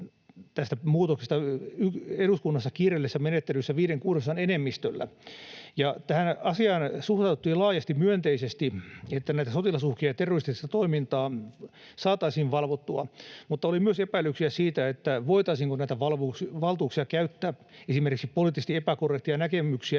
tästä muutoksesta säädettiin eduskunnassa kiireellisessä menettelyssä viiden kuudesosan enemmistöllä. Tähän asiaan suhtauduttiin laajasti myönteisesti, että näitä sotilasuhkia ja terroristista toimintaa saataisiin valvottua, mutta oli myös epäilyksiä siitä, voitaisiinko näitä valtuuksia käyttää esimerkiksi poliittisesti epäkorrekteja näkemyksiä